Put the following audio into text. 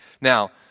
Now